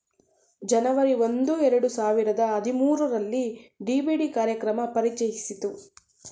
ಜನವರಿ ಒಂದು ಎರಡು ಸಾವಿರದ ಹದಿಮೂರುರಲ್ಲಿ ಡಿ.ಬಿ.ಡಿ ಕಾರ್ಯಕ್ರಮ ಪರಿಚಯಿಸಿತು